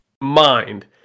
mind